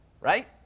right